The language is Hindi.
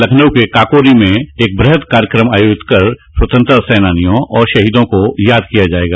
लखनऊ के काकोरी में है एक वृहद कार्यक्रम आयोजित कर स्वतंत्रता सेनानियों और शहीदों को याद किया जायेगा